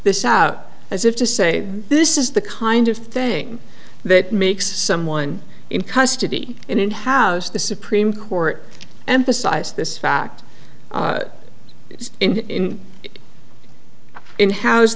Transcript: this out as if to say this is the kind of thing that makes someone in custody and have the supreme court emphasize this fact in in house